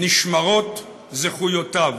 נשמרות זכויותיו,